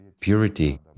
Purity